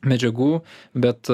medžiagų bet